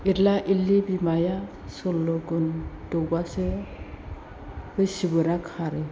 एरला एरलि बिमाया सल्ल'गुन दौब्लासो बे सिबोदा खारो